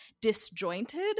disjointed